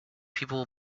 people